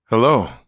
Hello